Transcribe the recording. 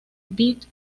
bit